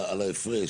על ההפרש,